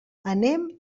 anem